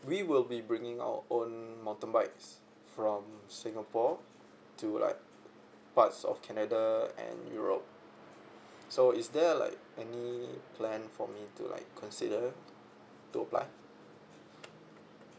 we will be bringing our own mountain bikes from singapore to like parts of canada and europe so is there like any plan for me to like consider to apply